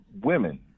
women